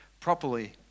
properly